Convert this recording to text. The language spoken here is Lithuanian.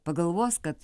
pagalvos kad